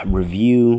review